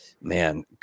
man